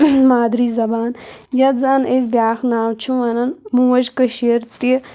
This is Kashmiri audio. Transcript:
مادری زبان یَتھ زن أسۍ بیٛاکھ ناو چھِ وَنان موج کٔشیٖر تہِ